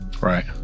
Right